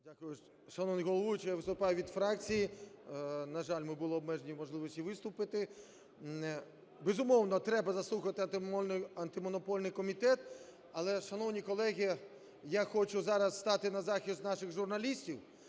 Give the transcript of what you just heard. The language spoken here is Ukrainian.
Дякую. Шановний головуючий! Я виступаю від фракції, на жаль, ми були обмежені у можливості виступити. Безумовно, треба заслухати Антимонопольний комітет. Але, шановні колеги, я хочу зараз стати на захист наших журналістів.